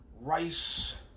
rice